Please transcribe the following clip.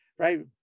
right